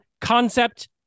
concept